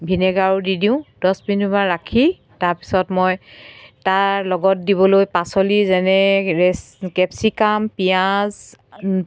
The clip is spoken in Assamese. ভিনেগাৰো দি দিওঁ দহ পোন্ধৰ মিনিটমান ৰাখি তাৰপিছত মই তাৰ লগত দিবলৈ পাচলি যেনে ৰেচ কেপচিকাম পিঁয়াজ